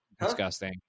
Disgusting